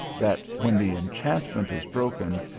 that when the enchantment is broken,